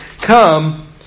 come